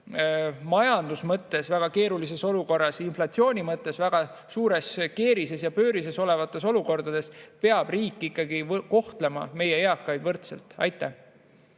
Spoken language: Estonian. majanduse mõttes väga keerulises olukorras, inflatsiooni mõttes väga suures keerises ja pöörises olevates olukordades peab riik kohtlema meie eakaid võrdselt. Aitäh